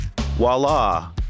Voila